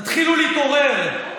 תתחילו להתעורר.